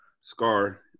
Scar